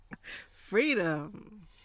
Freedom